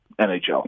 NHL